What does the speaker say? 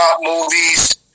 movies